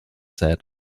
said